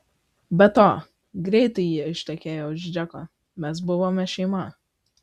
be to greitai ji ištekėjo už džeko mes buvome šeima